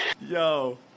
Yo